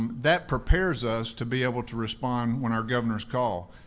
that prepares us to be able to respond when our governors call.